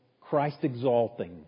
Christ-exalting